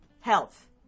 health